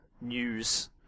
news